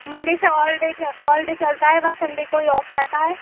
Monday से all day to all day चलता है बस संडे को ही ऑफ रहता है